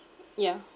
yeah